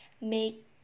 make